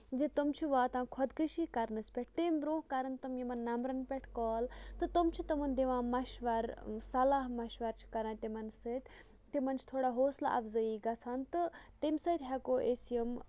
زِ تِم چھِ واتان خۄدکٔشی کرنَس پٮ۪ٹھ تٔمۍ برٛونہہ کرن تِم یِمن نَمبرَن پٮ۪ٹھ کال تہٕ تٔمۍ چھِ تِمَن دِوان مَشورٕ صلح مَشورٕ چھِ کران تِمَن سۭتۍ تِمن چھِ تھوڑا حوصلہٕ اَفضٲیی گژھان تہٕ تمہِ سۭتۍ ہٮ۪کو أسۍ یِم